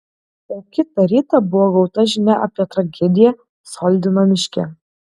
o kitą rytą buvo gauta žinia apie tragediją soldino miške